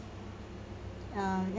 um